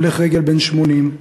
הולך רגל בן 80,